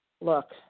Look